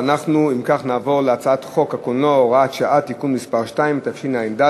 אנחנו עוברים להצעת חוק הקולנוע (הוראת שעה) (תיקון מס' 2),